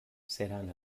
seran